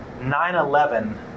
9-11